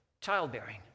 childbearing